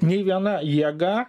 nei viena jėga